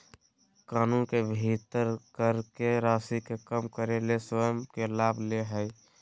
कानून के भीतर कर के राशि के कम करे ले स्वयं के लाभ ले हइ